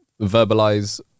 verbalize